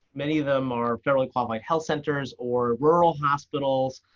many of them are federally qualified health centers or rural hospitals.